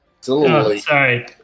Sorry